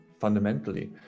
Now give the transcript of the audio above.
fundamentally